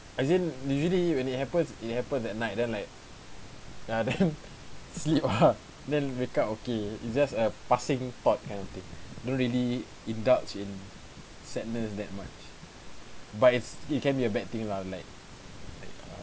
as in usually when it happens it happen at night then like ah then sleep ah then wake up okay it's just a passing thought kind of thing don't really indulge in sadness that much but is it can be a bad thing lah like like uh